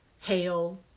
hail